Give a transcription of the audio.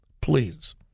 please